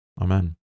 Amen